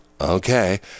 okay